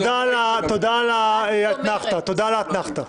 תודה על האתנחתא.